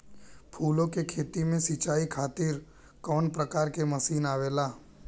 फूलो के खेती में सीचाई खातीर कवन प्रकार के मशीन आवेला?